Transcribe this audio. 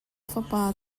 fapa